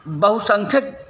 बहुसंख्यक